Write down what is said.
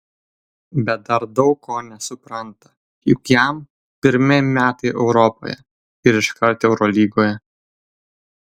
bet dar daug ko nesupranta juk jam pirmi metai europoje ir iškart eurolygoje